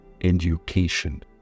education